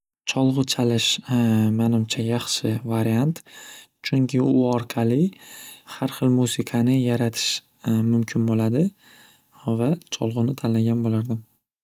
Cholg'u chalish manimcha yaxshi variant chunki u orqali xarxil musiqani yaratish mumkin bo'ladi va cholg'uni tanlagan bo'lardim.